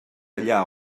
allà